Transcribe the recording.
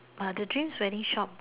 the dreams wedding shop